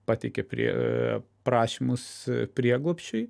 pateikė prie prašymus prieglobsčiui